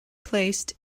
placed